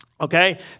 Okay